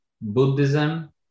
Buddhism